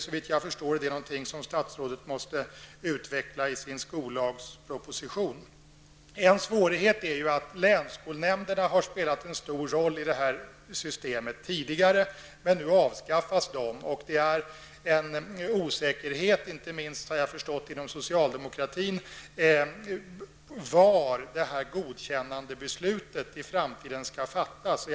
Detta måste nog statsrådet utveckla i sin skollagsproposition. En svårighet är att länsskolnämnderna tidigare har spelat en stor roll i detta system. De avskaffas nu. Det är osäkert, inte minst bland socialdemokraterna, var det här godkännandebeslutet skall fattas i framtiden.